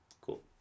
cool